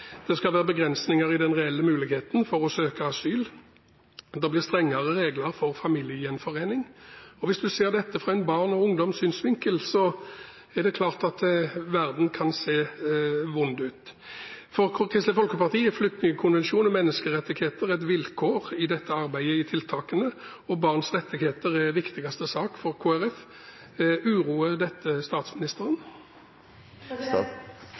Det skal være begrensninger i den reelle muligheten for å søke asyl. Det blir strengere regler for familiegjenforening. Hvis en ser dette fra et barns og en ungdoms synsvinkel, er det klart at verden kan se vond ut. For Kristelig Folkeparti er flyktningkonvensjonen og menneskerettigheter et vilkår i arbeidet med tiltakene, og barns rettigheter er den viktigste saken for Kristelig Folkeparti. Uroer dette statsministeren?